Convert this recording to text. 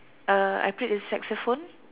uh I played the saxophone